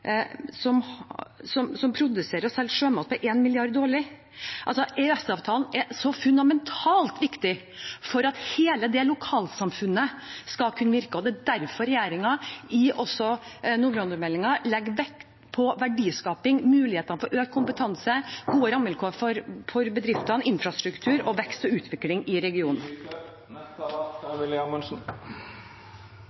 som produserer og selger sjømat for 1 mrd. kr årlig. EØS-avtalen er så fundamentalt viktig for at hele det lokalsamfunnet skal kunne virke. Det er derfor regjeringen også i nordområdemeldingen legger vekt på verdiskaping, mulighetene for økt kompetanse, gode rammevilkår for bedriftene, infrastruktur og vekst og utvikling i regionen.